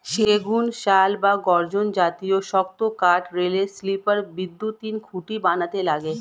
সেগুন, শাল বা গর্জন জাতীয় শক্ত কাঠ রেলের স্লিপার, বৈদ্যুতিন খুঁটি বানাতে লাগে